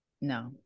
No